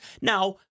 Now